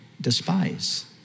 despise